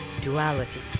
Duality